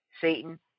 Satan